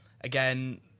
Again